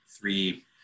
three